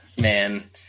man